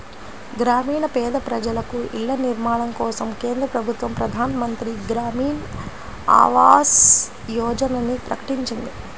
గ్రామీణ పేద ప్రజలకు ఇళ్ల నిర్మాణం కోసం కేంద్ర ప్రభుత్వం ప్రధాన్ మంత్రి గ్రామీన్ ఆవాస్ యోజనని ప్రకటించింది